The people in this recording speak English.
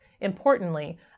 Importantly